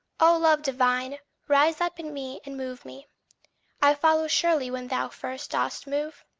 o love divine, rise up in me and move me i follow surely when thou first dost move.